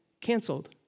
canceled